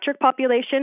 population